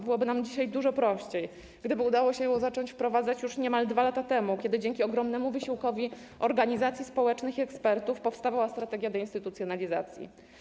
Byłoby nam dzisiaj dużo prościej, gdyby udało się ją zacząć wprowadzać już niemal 2 lata temu, kiedy dzięki ogromnemu wysiłkowi organizacji społecznych i ekspertów powstawała strategia deinstytucjonalizacji.